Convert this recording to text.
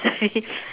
sorry